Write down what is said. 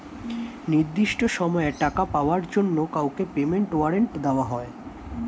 নির্দিষ্ট সময়ে টাকা পাওয়ার জন্য কাউকে পেমেন্ট ওয়ারেন্ট দেওয়া হয়